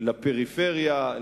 לפריפריה,